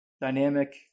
dynamic